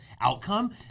outcome